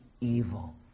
evil